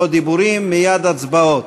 לא דיבורים, מייד הצבעות.